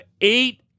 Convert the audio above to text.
eight